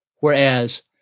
Whereas